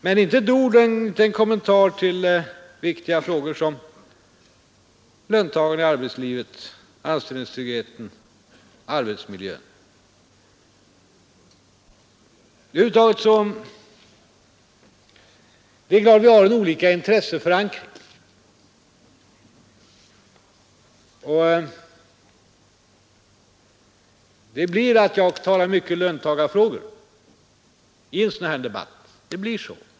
Men inte ett ord, inte en kommentar uttalade herr Fälldin till viktiga frågor för löntagarna i arbetslivet, anställningstryggheten, arbetsmiljön. Det är klart att vi har olika intresseförankring, och det gör att jag talar mycket löntagarfrågor i en sådan här debatt.